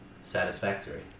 satisfactory